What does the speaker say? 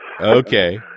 Okay